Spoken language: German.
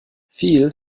viel